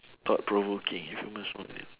thought-provoking if humans no longer need